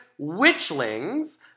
Witchlings